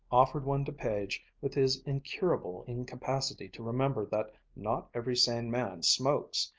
offered one to page with his incurable incapacity to remember that not every sane man smokes,